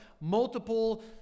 multiple